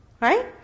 right